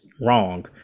wrong